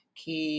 que